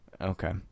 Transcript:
Okay